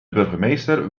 burgemeester